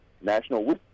National